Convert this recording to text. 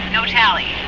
no tally.